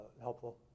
helpful